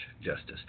justice